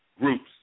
groups